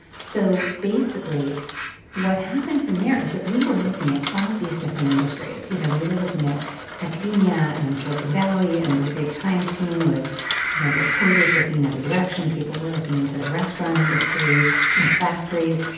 so basically what happened from there is that we were looking at all of these different industries. you know we were looking at academia and silicon valley and it was a big times team with you know reporters looking in every direction people were looking into the restaurant industry into factories.